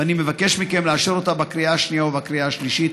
ואני מבקש מכם לאשר אותה בקריאה השנייה ובקריאה השלישית.